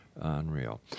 Unreal